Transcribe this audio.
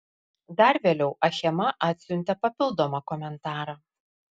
dar vėliau achema atsiuntė papildomą komentarą